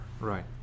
Right